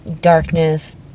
darkness